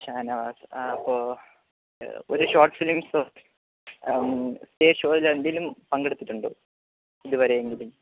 ഷാനവാസ് ആ അപ്പോൾ ഒരു ഷോർട്ട് ഫിലിംസ് സ്റ്റേജ് ഷോയിലോ എന്തെങ്കിലും പങ്കെടുത്തിട്ടുണ്ടോ ഇതുവരെ എങ്കിലും